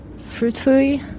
fruitfully